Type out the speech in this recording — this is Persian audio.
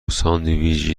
ساندویچی